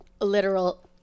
literal